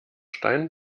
stein